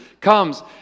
comes